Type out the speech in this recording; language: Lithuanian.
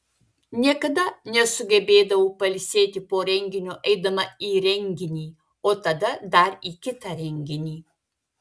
niekada nesugebėdavau pailsėti po renginio eidama į renginį o tada dar į kitą renginį